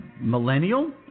millennial